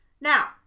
Now